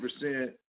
percent